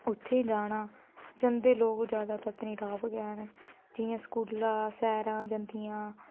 उत्थें जाना जंदे लोक ज्यादा पत्नीटाप गै न जियां स्कूला सैरां जंदियां